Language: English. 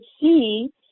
see